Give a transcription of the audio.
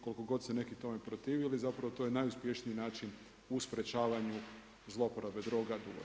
Koliko god se neki tome protivili, zapravo to je najuspješniji način u sprječavanju zloporabe droga dugoročno.